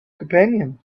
companion